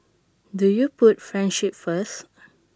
do you put friendship first